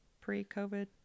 pre-COVID